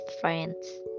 friends